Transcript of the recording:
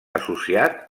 associat